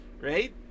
right